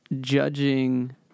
Judging